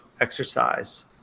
exercise